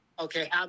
Okay